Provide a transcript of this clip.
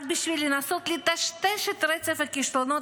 רק בשביל לנסות לטשטש את רצף הכישלונות